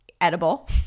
edible